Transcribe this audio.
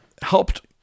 helped